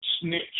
snitch